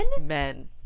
Men